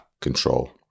control